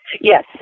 Yes